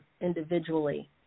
individually